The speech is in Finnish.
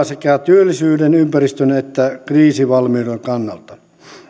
sekä työllisyyden ympäristön että kriisivalmiuden kannalta